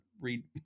read